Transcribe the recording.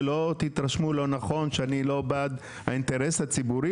שלא תתרשמו לא נכון שאני לא בעד האינטרס הציבורי,